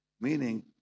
meaning